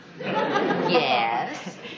Yes